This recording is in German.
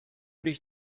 dich